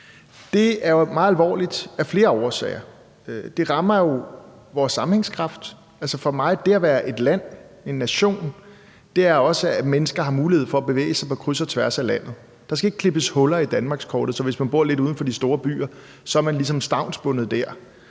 meget alvorligt af flere årsager. Det rammer jo for det første vores sammenhængskraft. For mig er det at være et land, en nation, også, at mennesker har en mulighed for at bevæge sig på kryds og tværs af landet, og der skal ikke klippes huller i danmarkskortet, så man, hvis man bor lidt uden for de store byer, ligesom er stavnsbundet der.